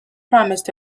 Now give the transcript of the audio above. promised